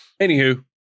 Anywho